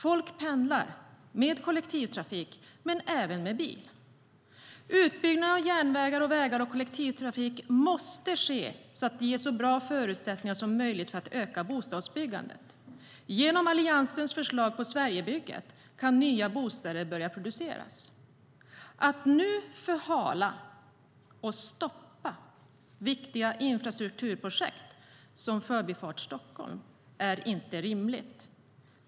Folk pendlar med hjälp av kollektivtrafik och med egen bil. Utbyggnad av järnvägar, vägar och kollektivtrafik måste ske så att vi ger så bra förutsättningar som möjligt för att öka bostadsbyggandet. Med hjälp av Alliansens förslag om Sverigebygget kan nya bostäder börja produceras. Att nu förhala och stoppa viktiga infrastrukturprojekt, till exempel Förbifart Stockholm, är inte rimligt.